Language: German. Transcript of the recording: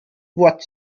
wort